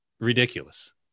ridiculous